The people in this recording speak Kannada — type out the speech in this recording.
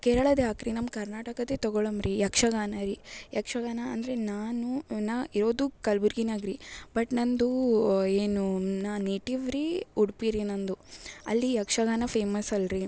ಕೇರಳದ್ದು ಯಾಕ್ರೀ ನಮ್ಮ ಕರ್ನಾಟಕದ್ದೇ ತಗೋಳೋನ್ ರೀ ಯಕ್ಷಗಾನ ರೀ ಯಕ್ಷಗಾನ ಅಂದರೆ ನಾನು ನಾ ಇರೋದು ಕಲ್ಬುರ್ಗಿನಾಗೆ ರೀ ಬಟ್ ನಂದೂ ಏನು ನಾನು ನೇಟಿವ್ ರೀ ಉಡುಪಿ ರೀ ನಂದು ಅಲ್ಲಿ ಯಕ್ಷಗಾನ ಫೇಮಸ್ ಅಲ್ರಿ